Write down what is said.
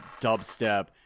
dubstep